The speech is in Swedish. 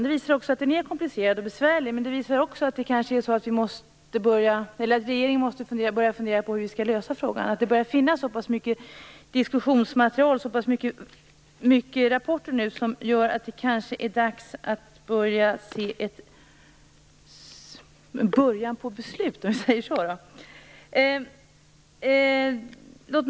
Det visar att frågan är komplicerad och besvärlig, men också att regeringen måste börja fundera över hur frågan skall lösas. Det börjar finnas så pass mycket diskussionsmaterial, rapporter, att det kanske är dags att se en början på ett beslut.